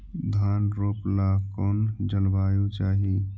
धान रोप ला कौन जलवायु चाही?